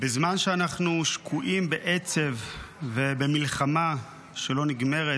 בזמן שאנחנו שקועים בעצב ובמלחמה שלא נגמרת,